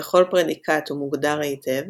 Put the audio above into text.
וכל פרדיקט הוא מוגדר היטב,